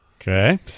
Okay